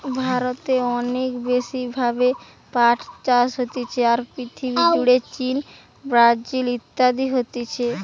ভারতে অনেক বেশি ভাবে পাট চাষ হতিছে, আর পৃথিবী জুড়ে চীন, ব্রাজিল ইত্যাদিতে হতিছে